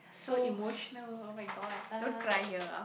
so emotional !oh-my-god! don't cry here ah